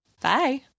Bye